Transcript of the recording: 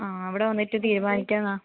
ആ അവിടെ വന്നിട്ട് തീരുമാനിക്കാം എന്നാൽ